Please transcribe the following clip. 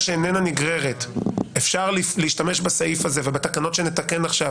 שאיננה נגררת אפשר להשתמש בסעיף הזה ובתקנות שנתקן עכשיו